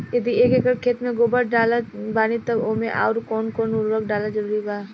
यदि एक एकर खेत मे गोबर डालत बानी तब ओमे आउर् कौन कौन उर्वरक डालल जरूरी बा?